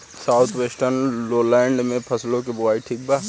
South western lowland में फसलों की बुवाई ठीक बा?